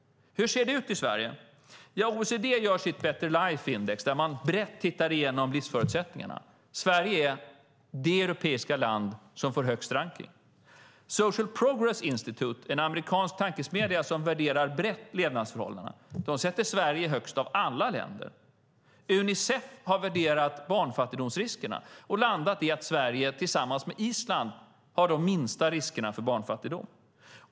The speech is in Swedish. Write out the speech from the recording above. Hur ser det ut i Sverige? OECD gör sitt Better Life Index där man brett tittar igenom livsförutsättningarna. Sverige är det europeiska land som får högst rankning. Social Progress Institute, en amerikansk tankesmedja som brett värderar levnadsförhållandena, sätter Sverige högst av alla länder. Unicef har värderat barnfattigdomsriskerna och landat i att Sverige tillsammans med Island har de minsta riskerna för barnfattigdom.